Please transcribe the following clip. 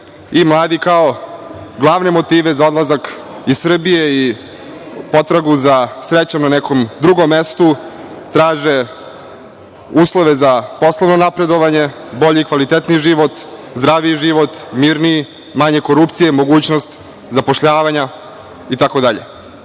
Mladi, kao glavne motive za odlazak iz Srbije i potragu za srećom na nekom drugom mestu, traže uslove za poslovno napredovanje, bolji i kvalitetniji život, zdraviji život, mirniji, manje korupcije, mogućnost zapošljavanja itd. Ono